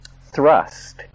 thrust